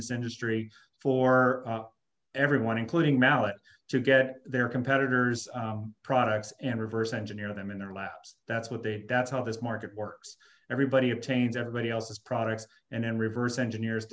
his industry for everyone including mallett to get their competitors products and reverse engineer them in their laps that's what they that's how this market works everybody obtains everybody else's products and in reverse engineers